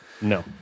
no